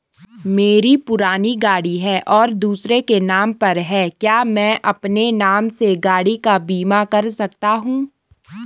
मेरी पुरानी गाड़ी है और दूसरे के नाम पर है क्या मैं अपने नाम से गाड़ी का बीमा कर सकता हूँ?